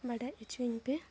ᱵᱟᱰᱟᱭ ᱚᱪᱚᱧ ᱯᱮ